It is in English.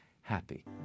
happy